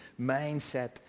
mindset